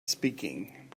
speaking